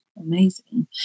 Amazing